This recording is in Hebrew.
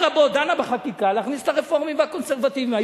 בחקיקה להכניס את הרפורמים והקונסרבטיבים.